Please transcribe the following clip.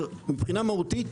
מהותית,